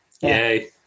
Yay